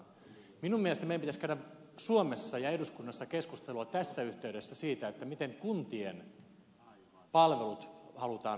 minun mielestäni meidän pitäisi käydä suomessa ja eduskunnassa keskustelua tässä yhteydessä siitä miten kuntien palvelut halutaan varmistaa